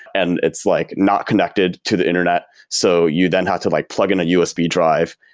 and it's like not connected to the internet, so you then have to like plug in a usb drive.